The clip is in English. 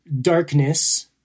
darkness